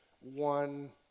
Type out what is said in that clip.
one